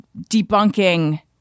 debunking